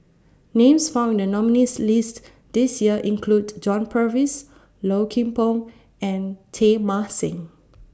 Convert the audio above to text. Names found in The nominees' list This Year include John Purvis Low Kim Pong and Teng Mah Seng